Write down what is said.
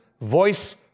voice